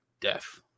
Death